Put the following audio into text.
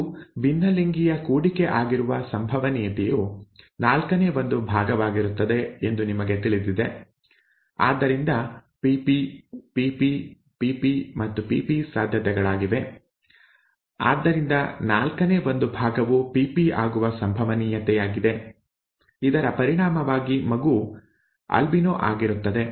ಇದು ಭಿನ್ನಲಿಂಗೀಯ ಕೂಡಿಕೆ ಆಗಿರುವ ಸಂಭವನೀಯತೆಯು ನಾಲ್ಕನೇ ಒಂದು ಭಾಗವಾಗಿರುತ್ತದೆ ಎಂದು ನಿಮಗೆ ತಿಳಿದಿದೆ ಆದ್ದರಿಂದ PP Pp pP ಮತ್ತು pp ಸಾಧ್ಯತೆಗಳಾಗಿವೆ ಆದ್ದರಿಂದ ನಾಲ್ಕನೇ ಒಂದು ಭಾಗವು pp ಆಗುವ ಸಂಭವನೀಯತೆಯಾಗಿದೆ ಇದರ ಪರಿಣಾಮವಾಗಿ ಮಗು ಆಲ್ಬಿನೋ ಆಗಿರುತ್ತದೆ